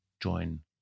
join